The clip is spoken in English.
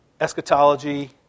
eschatology